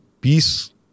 peace